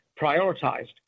prioritized